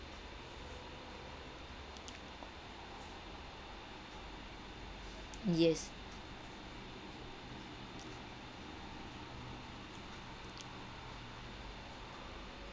yes